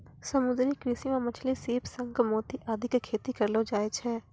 समुद्री कृषि मॅ मछली, सीप, शंख, मोती आदि के खेती करलो जाय छै